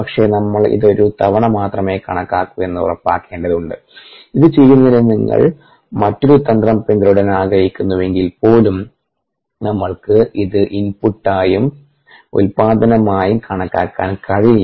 പക്ഷേ നമ്മൾ ഇത് ഒരു തവണ മാത്രമേ കണക്കാക്കൂ എന്ന് ഉറപ്പാക്കേണ്ടതുണ്ട് ഇത് ചെയ്യുന്നതിന് നിങ്ങൾ മറ്റൊരു തന്ത്രം പിന്തുടരാൻ ആഗ്രഹിക്കുന്നുവെങ്കിൽപ്പോലും നമ്മൾക്ക് ഇത് ഇൻപുട്ടായും ഉൽപാദനമായും കണക്കാക്കാൻ കഴിയില്ല